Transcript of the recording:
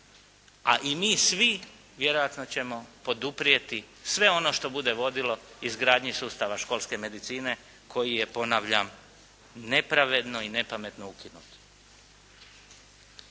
a i mi svi vjerojatno ćemo poduprijeti sve ono što bude vodilo izgradnji sustava školske medici, koji je, ponavljam, nepravedno i nepametno ukinut.